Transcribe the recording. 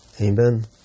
Amen